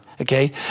Okay